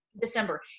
december